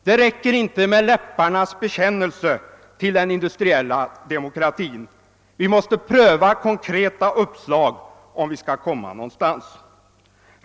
Det räcker inte med läpparnas bekännelse till den industriella demokratin; vi måste pröva konkreta uppslag, om vi skall komma någonstans.